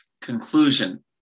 conclusion